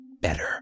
better